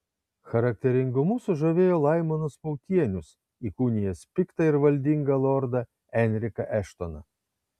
charakteringumu sužavėjo laimonas pautienius įkūnijęs piktą ir valdingą lordą enriką eštoną